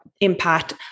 impact